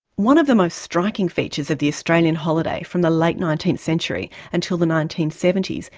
one of the most striking features of the australian holiday from the late nineteenth century until the nineteen seventy s,